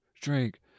drink